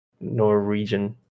Norwegian